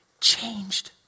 changed